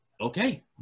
okay